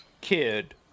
kid